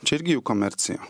čia irgi juk komercija